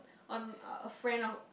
on a friend of